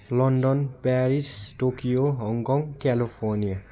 London Paris Tokyo Hong Kong California